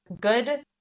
good